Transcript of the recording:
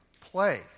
play